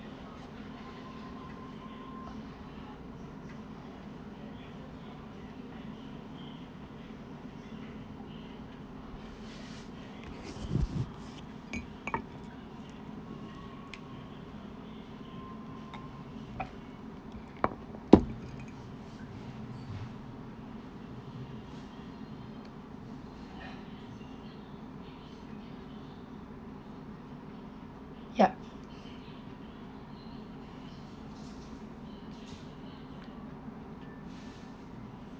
yup